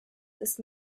ist